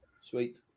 Sweet